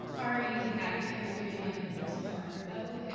are you an advocate for doing like what's harder though?